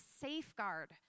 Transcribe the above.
safeguard